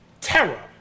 terror